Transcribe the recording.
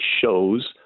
shows